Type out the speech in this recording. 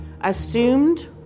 assumed